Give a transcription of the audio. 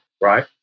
right